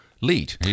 lead